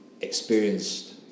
experienced